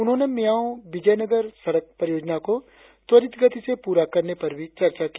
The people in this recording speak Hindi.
उन्होंने मियाओ विजोयनगर सड़क परियोजना को त्वरित गति से पूरा करने पर भी चर्चा की